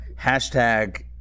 hashtag